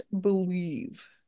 believe